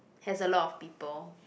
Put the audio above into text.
has a lot of people